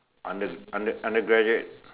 under under undergraduate